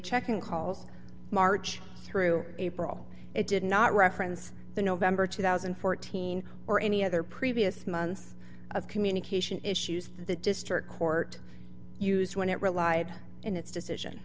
checking calls march through april it did not reference the november two thousand and fourteen or any other previous month of communication issues that the district court used when it relied in its decision